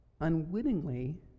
unwittingly